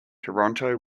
toronto